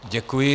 Děkuji.